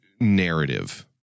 narrative